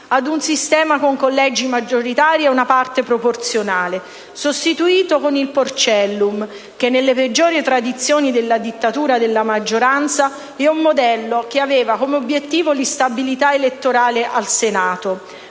ad un sistema con collegi maggioritari e una parte proporzionale, sostituito con il "porcellum" che, nelle peggiori tradizioni della dittatura della maggioranza, è un modello che aveva come obiettivo l'instabilità elettorale al Senato,